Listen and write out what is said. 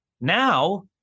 Now